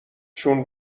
چون